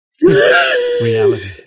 reality